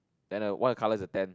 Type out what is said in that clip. then the one of the colour is a ten